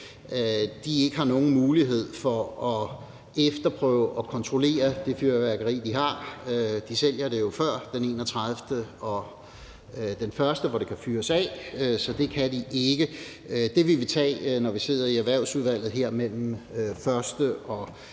ikke har nogen mulighed for at efterprøve og kontrollere det fyrværkeri, de har. De sælger det jo før den 31. december og den 1. januar, hvor det kan fyres af, så det kan de ikke. Det vil vi tage op, når vi sidder i Erhvervsudvalget her mellem første-